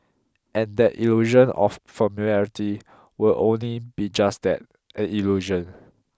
and that illusion of familiarity will only be just that an illusion